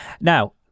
Now